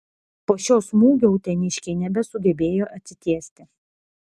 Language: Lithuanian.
po šio smūgio uteniškiai nebesugebėjo atsitiesti